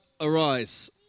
arise